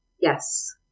Yes